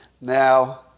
Now